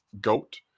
Goat